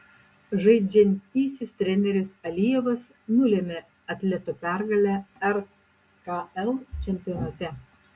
žaidžiantysis treneris alijevas nulėmė atleto pergalę rkl čempionate